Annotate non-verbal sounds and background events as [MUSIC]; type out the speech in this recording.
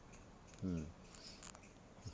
mm [NOISE]